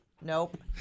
Nope